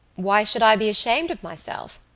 why should i be ashamed of myself?